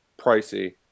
pricey